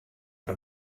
der